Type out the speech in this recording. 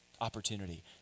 opportunity